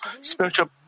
spiritual